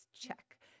Check